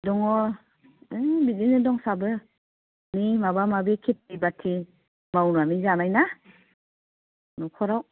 दङ ओइ बिदिनो दंसाबो नै माबा माबि खेति बाति मावनानै जानाय ना न'खराव